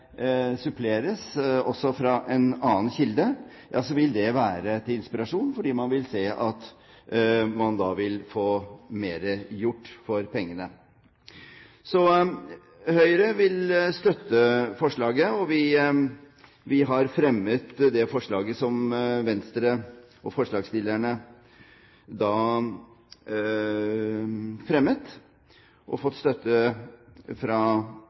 suppleres også fra en annen kilde, vil det være til inspirasjon, fordi man vil se at man da vil få mer gjort for pengene. Høyre vil støtte forslaget, vi støtter det forslaget som Venstre og forslagsstillerne fremmet, og